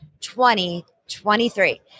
2023